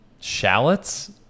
shallots